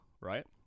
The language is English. right